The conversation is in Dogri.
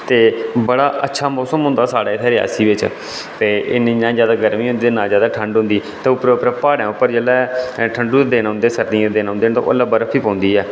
ते बड़ा अच्छा मौसम होंदा साढ़े इत्थें रियासी बिच ते इन्नी ना जादै गर्मी होंदी ते ना जादै ठंड होंदी ते उप्पर प्हाड़ें उप्परें जेल्लै ठंडु दे दिन औंदे सर्दियें दे दिन औंदे ते ओल्लै बर्फ ई पौंदी ऐ